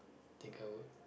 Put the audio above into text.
think I would